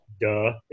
Duh